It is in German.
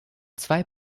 zwei